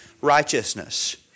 righteousness